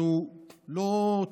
אוקיי,